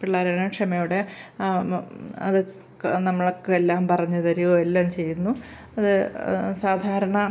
പിള്ളേരെല്ലാം ക്ഷമയോടെ അത് നമ്മൾക്കെല്ലാം പറഞ്ഞ് തരുകേം എല്ലാം ചെയ്യുന്നു അത് സാധാരണ